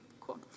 Cool